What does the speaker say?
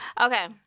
Okay